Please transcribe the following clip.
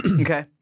Okay